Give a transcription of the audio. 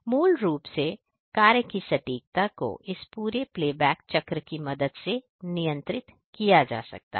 मूल रूप से कार्य की सटीकता को इस पूरे प्लेबैक चक्र की मदद से नियंत्रित किया जा सकता है